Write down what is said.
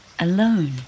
Alone